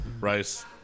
Rice